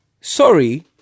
sorry